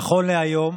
נכון להיום,